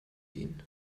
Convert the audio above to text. ihn